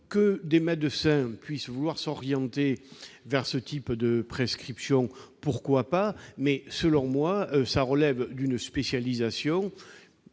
que des médecins souhaitent s'orienter vers ce type de prescriptions, pourquoi pas, mais, selon moi, cela relève d'une spécialisation